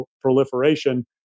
proliferation